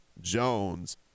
Jones